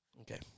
Okay